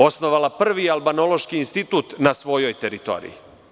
Osnovala je prvi Albanološki institut na svojoj teritoriji.